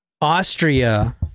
Austria